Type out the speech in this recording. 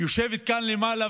יושבת כאן למעלה,